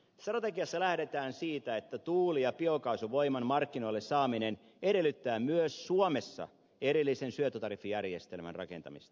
strategiassa lähdetään siitä että tuuli ja biokaasuvoiman markkinoille saaminen edellyttää myös suomessa erillisen syöttötariffijärjestelmän rakentamista